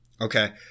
Okay